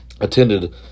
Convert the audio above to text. attended